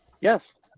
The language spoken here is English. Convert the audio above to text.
Yes